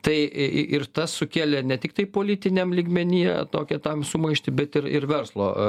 tai ir tas sukėlė ne tiktai politiniam lygmenyje tokią tam sumaištį bet ir ir verslo